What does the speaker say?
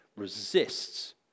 Resists